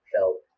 felt